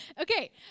Okay